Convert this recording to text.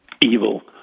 evil